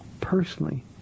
personally